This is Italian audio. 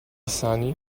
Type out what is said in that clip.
sani